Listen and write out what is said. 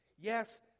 Yes